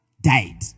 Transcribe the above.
died